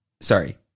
Sorry